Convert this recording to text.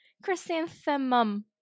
Chrysanthemum